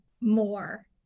more